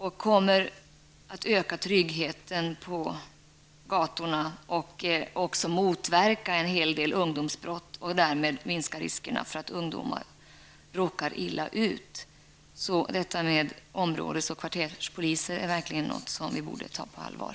Det kommer också att öka tryggheten på gatorna och även motverka en hel del ungdomsbrott och därmed minska riskerna för att ungdomar råkar illa ut. Frågan om områdes och kvarterspoliser är något som vi verkligen borde ta på allvar.